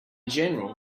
general